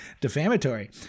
defamatory